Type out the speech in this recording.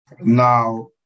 Now